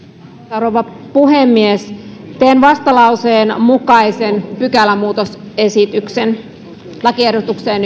rouva puhemies teen vastalauseen mukaisen pykälämuutosesityksen ensimmäiseen lakiehdotukseen